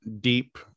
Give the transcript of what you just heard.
deep